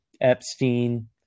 Epstein